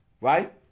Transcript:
right